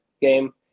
game